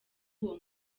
uwo